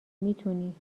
میتونی